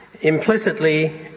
implicitly